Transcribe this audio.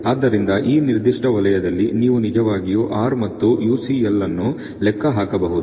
ಆದ್ದರಿಂದ ಈ ನಿರ್ದಿಷ್ಟ ವಲಯದಲ್ಲಿ ನೀವು ನಿಜವಾಗಿಯೂ R ಮತ್ತು UCL ಅನ್ನು ಲೆಕ್ಕ ಹಾಕಬಹುದು